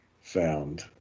found